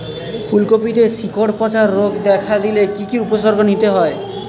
ফুলকপিতে শিকড় পচা রোগ দেখা দিলে কি কি উপসর্গ নিতে হয়?